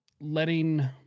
letting